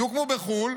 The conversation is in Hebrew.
יוקמו בחו"ל,